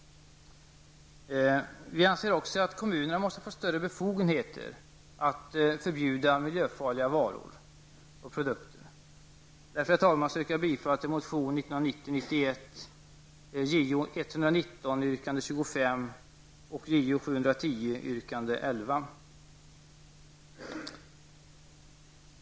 Vi anser också att kommunerna måste få större befogenheter att förbjuda miljöfarliga varor och produkter. Därför, herr talman, yrkar jag bifall till motionen 1990/91:Jo119, yrkande 25 och Jo710, yrkande 11.